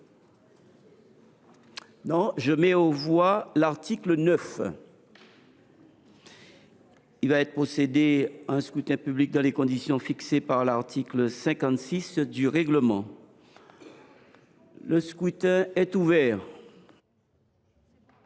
?… Je mets aux voix l’article 9. Il va être procédé au scrutin public dans les conditions fixées par l’article 56 du règlement. Le scrutin est ouvert.